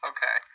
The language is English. Okay